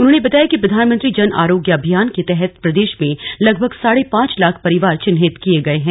उन्होंने बताया कि प्रधानमंत्री जन आरोग्य अभियान के तहत प्रदेश में लगभग साढ़े पांच लाख परिवार चिन्हित किए गए हैं